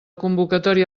convocatòria